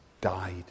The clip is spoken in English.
died